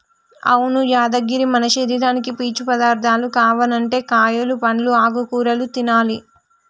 అవును యాదగిరి మన శరీరానికి పీచు పదార్థాలు కావనంటే కాయలు పండ్లు ఆకుకూరలు తినాలి